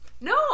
No